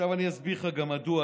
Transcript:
עכשיו אני אסביר לך גם מדוע.